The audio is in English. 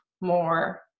more